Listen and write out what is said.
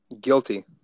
guilty